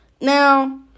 Now